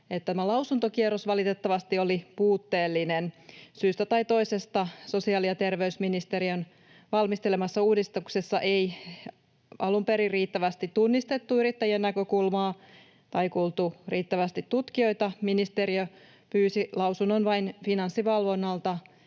että tämä lausuntokierros valitettavasti oli puutteellinen. Syystä tai toisesta sosiaali‑ ja terveysministeriön valmistelemassa uudistuksessa ei alun perin riittävästi tunnistettu yrittäjien näkökulmaa tai kuultu riittävästi tutkijoita. Ministeriö pyysi lausunnon vain Finanssivalvonnalta,